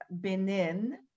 Benin